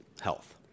Health